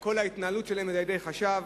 כל ההתנהלות שלהם היא על-ידי חשב.